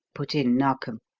put in narkom,